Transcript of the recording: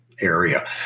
area